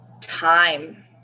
Time